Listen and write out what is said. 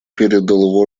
передал